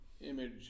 image